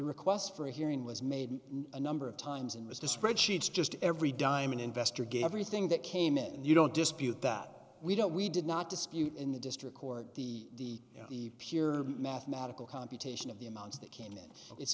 request for a hearing was made a number of times and was to spread sheets just every dime an investor gave everything that came in and you don't dispute that we don't we did not dispute in the district court the the pure mathematical computation of the amounts that came it i